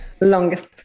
Longest